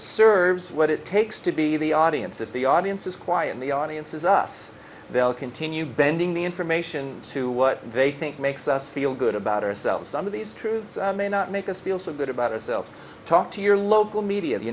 serves what it takes to be the audience if the audience is quiet and the audience is us they'll continue bending the information to what they think makes us feel good about ourselves some of these truths may not make us feel so good about ourselves talk to your local media the